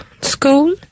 school